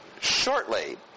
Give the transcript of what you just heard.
shortly